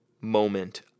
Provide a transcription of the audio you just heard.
moment